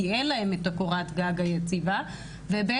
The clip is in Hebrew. כי אין להם את קורת הגג היציבה ובעצם,